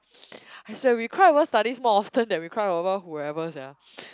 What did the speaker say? I swear we cry over studies more often than we cry over whoever sia